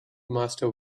master